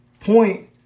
point